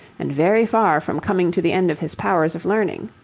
and very far from coming to the end of his powers of learning.